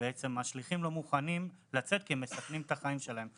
השליחים לא מוכנים לצאת כי הם מסכנים את החיים שלהם.